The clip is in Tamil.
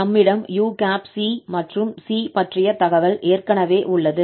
நம்மிடம் uc மற்றும் 𝑐 பற்றிய தகவல் ஏற்கனவே உள்ளது